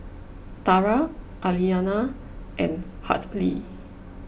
Tara Aliana and Hartley